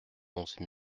onze